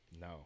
No